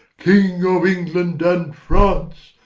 king of england and france,